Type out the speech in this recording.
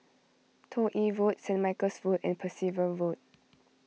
Toh Yi Road Saint Michael's Road and Percival Road